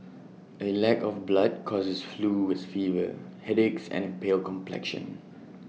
A lack of blood causes flu with fever headaches and A pale complexion